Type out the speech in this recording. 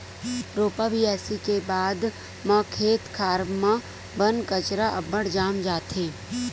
रोपा बियासी के बाद म खेत खार म बन कचरा अब्बड़ जाम जाथे